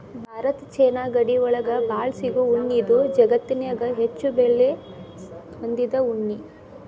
Bharat China ಗಡಿ ಒಳಗ ಬಾಳ ಸಿಗು ಉಣ್ಣಿ ಇದು ಜಗತ್ತನ್ಯಾಗ ಹೆಚ್ಚು ಬೆಲೆ ಹೊಂದಿದ ಉಣ್ಣಿ